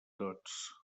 tots